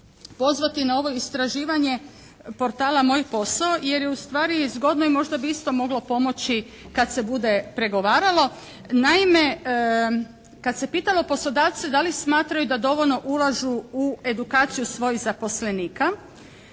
pozvati na ovo istraživanje portala "Moj posao" jer je ustvari zgodno i možda bi isto moglo pomoći kad se bude pregovaralo. Naime, kad se pitalo poslodavce da li smatraju da dovoljno ulažu u edukaciju svojih zaposlenika